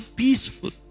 peaceful